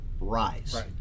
rise